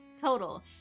total